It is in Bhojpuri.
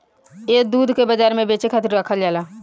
ए दूध के बाजार में बेचे खातिर राखल जाला